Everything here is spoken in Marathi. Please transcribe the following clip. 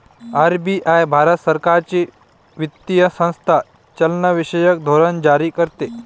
आर.बी.आई भारत सरकारची वित्तीय संस्था चलनविषयक धोरण जारी करते